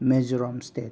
Mizoram state